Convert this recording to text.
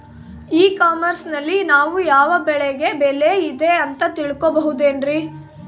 E commerce ನಲ್ಲಿ ನಾವು ಯಾವ ಬೆಳೆಗೆ ಬೆಲೆ ಇದೆ ಅಂತ ತಿಳ್ಕೋ ಬಹುದೇನ್ರಿ?